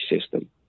system